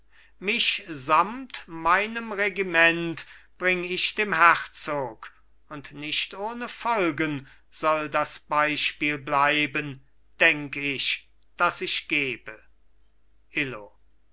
mich samt meinem regiment bring ich dem herzog und nicht ohne folgen soll das beispiel bleiben denk ich das ich gebe illo